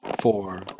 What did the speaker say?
four